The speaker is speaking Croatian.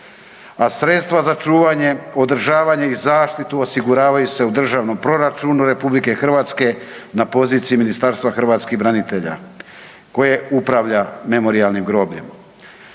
a sredstva za čuvanje održavanje i zaštitu osiguravaju se u državnom proračunu RH na poziciji Ministarstva hrvatskih branitelja koje upravlja Memorijalnim grobljem.